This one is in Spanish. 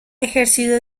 ejercido